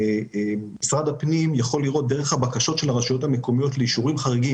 משרד הפנים יכול דרך הבקשות של הרשויות המקומיות לאישורים חריגים